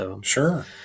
Sure